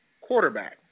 quarterback